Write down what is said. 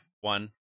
one